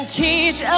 teach